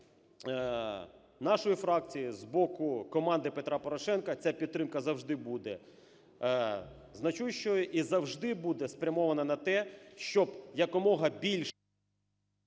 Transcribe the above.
нашої фракції, з боку команди Петра Порошенка, ця підтримка завжди буде значущою і завжди буде спрямована на те, щоб якомога більше…